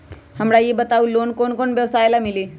हमरा ई बताऊ लोन कौन कौन व्यवसाय ला मिली?